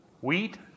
Wheat